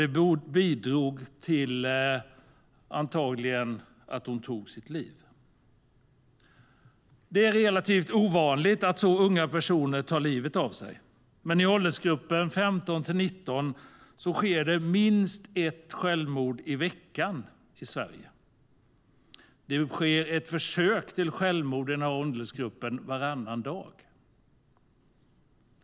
Det bidrog antagligen till att hon tog sitt liv. Det är relativt ovanligt att så unga personer tar livet av sig. Men i åldersgruppen 15-19 sker det minst ett självmord i veckan i Sverige. Det sker ett försök till självmord i den här åldersgruppen varannan dag.